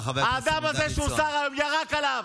האדם הזה, שהוא שר היום, ירק עליו.